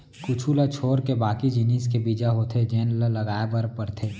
कुछ ल छोरके बाकी जिनिस के बीजा होथे जेन ल लगाए बर परथे